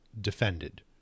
defended